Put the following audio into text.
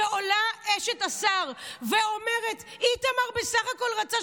שעולה אשת השר ואומרת: איתמר בסך הכול רצה